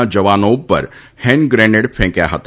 ના જવાનો ઉપર હેન્ડ ગ્રેનેડ ફેંક્યા હતા